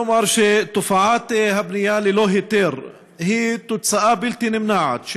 תופעת הבנייה ללא היתר היא תוצאה בלתי נמנעת של